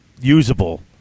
usable